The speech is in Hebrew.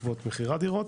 בעקבות מכירת דירות